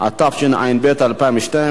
התשע"ב 2012,